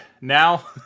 now